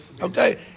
okay